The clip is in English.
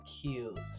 cute